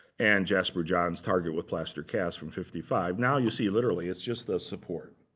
and jasper johns' target with plaster casts from fifty five. now, you see literally, it's just the support.